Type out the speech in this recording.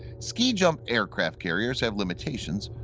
ski-jump aircraft carriers have limitations,